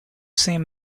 same